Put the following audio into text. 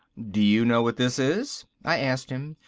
do you know what this is? i asked him,